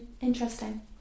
Interesting